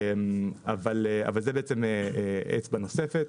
וזה בעצם אצבע נוספת.